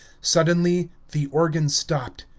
suddenly the organ stopped,